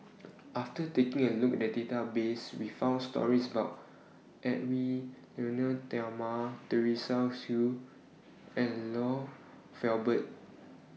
after taking A Look At The Database We found stories about Edwy Lyonet Talma Teresa Hsu and Lloyd Valberg